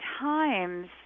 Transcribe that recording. times